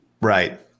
Right